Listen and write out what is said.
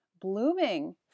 blooming